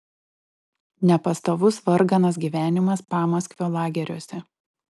nepastovus varganas gyvenimas pamaskvio lageriuose